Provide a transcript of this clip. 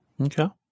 Okay